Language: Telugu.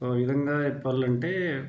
ఒక విధంగా చెప్పాలంటే